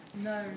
No